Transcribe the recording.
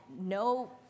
no